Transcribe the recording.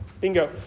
Bingo